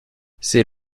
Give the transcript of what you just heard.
c’est